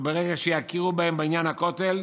וברגע שיכירו בהם בעניין הכותל,